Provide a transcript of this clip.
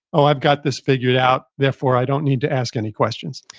i've got this figured out, therefore i don't need to ask any questions.